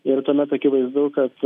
ir tuomet akivaizdu kad